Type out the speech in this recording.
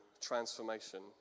transformation